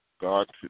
God